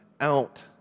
out